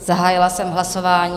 Zahájila jsem hlasování.